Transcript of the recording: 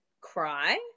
cry